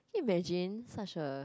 can you imagine such a